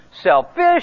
selfish